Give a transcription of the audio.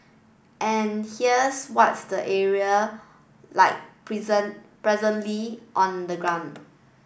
and here's what the area like presently on the ground